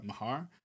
Mahar